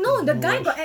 never watch